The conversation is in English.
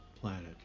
planet